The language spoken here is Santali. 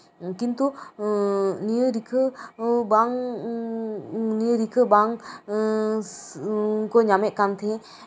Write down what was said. ᱠᱤᱱᱛᱩ ᱱᱤᱭᱟᱹ ᱨᱤᱠᱟᱹ ᱵᱟᱝ ᱱᱤᱭᱟᱹ ᱨᱤᱠᱟᱹ ᱵᱟᱝ ᱠᱚ ᱧᱟᱢ ᱮᱜ ᱛᱟᱦᱮᱫ